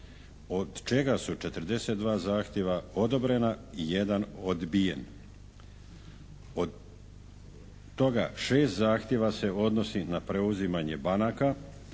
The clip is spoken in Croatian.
od čega su 42 zahtjeva odobrena i jedan odbijen. Od toga 6 zahtjeva se odnosi na preuzimanje banaka,